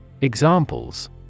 Examples